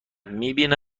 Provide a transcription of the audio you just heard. میبینه